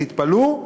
תתפלאו,